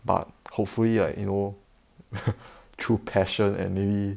but hopefully like you know through passion and maybe